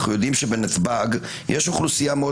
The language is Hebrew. אנחנו יודעים שבנתב"ג יש אוכלוסייה מאוד